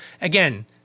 Again